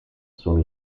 sono